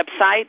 website